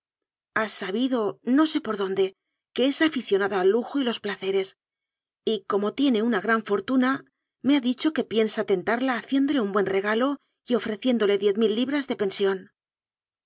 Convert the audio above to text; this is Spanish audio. ha sabido no sé por dónde que es aficionada al lujo y los placeres y como tiene una gran fortuna me ha dicho que piensa tentarla haciéndole un buen regalo y ofreciéndole diez mil libras de pensión